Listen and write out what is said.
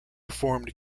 formed